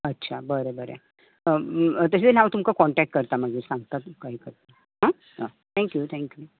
अच्छा बरें बरें तशें जाल्या हांव तुमकां कॉन्टेक्ट करता मागीर सांगता तुमकां मागीर आं आं थँक्यू थँक्यू